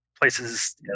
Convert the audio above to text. places